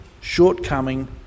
shortcoming